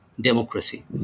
democracy